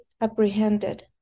apprehended